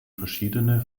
verschiedene